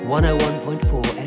101.4